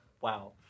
wow